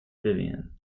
vivian